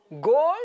Gold